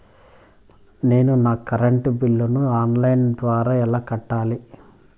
నేను నా కరెంటు బిల్లును ఆన్ లైను ద్వారా ఎలా కట్టాలి?